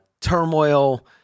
turmoil